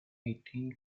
eighteen